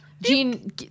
Gene